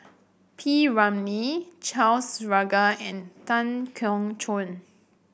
P Ramlee Charles Paglar and Tan Keong Choon